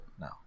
No